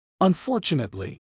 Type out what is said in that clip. Unfortunately